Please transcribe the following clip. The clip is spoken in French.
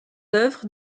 œuvres